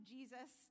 Jesus